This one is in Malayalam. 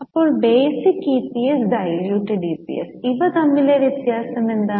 ഇപ്പോൾ ബേസിക് EPS ഡൈല്യൂട്ടഡ് EPS ഇവ തമ്മിലെ വ്യത്യാസം എന്താണ്